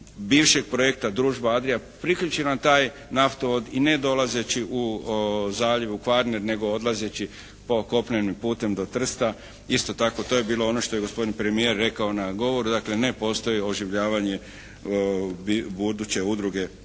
bivšeg projekta “Družba Adria“ priključi na taj naftovod i ne dolazeći u zaljev u Kvarner, nego odlazeći kopnenim putem do Trsta. Isto tako to je bilo ono što je gospodin premijer rekao na govoru, dakle ne postoji oživljavanje buduće udruge,